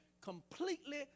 completely